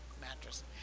mattress